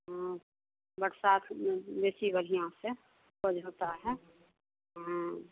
बरसात में मेथी बढ़िया से हो जाता है